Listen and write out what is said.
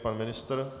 Pan ministr?